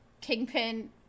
Kingpin